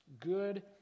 good